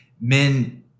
men